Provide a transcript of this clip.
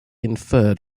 inferred